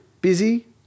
busy